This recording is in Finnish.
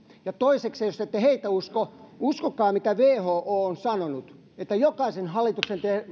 ja toiseksi jos te ette heitä usko uskokaa mitä who on sanonut että jokaisen hallituksen